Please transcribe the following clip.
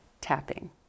tapping